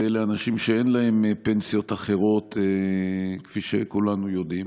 ואלה אנשים שאין להם פנסיות אחרות כפי שכולנו יודעים,